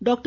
doctor